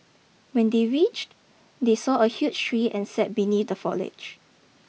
when they reach they saw a huge tree and sat beneath the foliage